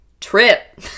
Trip